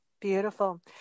Beautiful